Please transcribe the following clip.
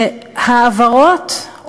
שהעברות,